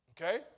Okay